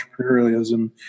entrepreneurialism